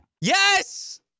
yes